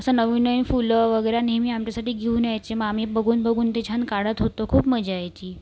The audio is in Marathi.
असं नवीन नवीन फुलं वगैरे नेहमी आमच्यासाठी घेऊन यायचे मग आम्ही बघून बघून ते छान काढत होतो खूप मजा यायची